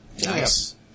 Nice